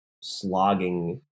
slogging